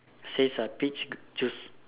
says uh peach juice